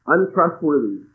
Untrustworthy